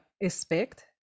expect